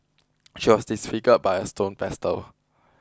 she was disfigured by a stone pestle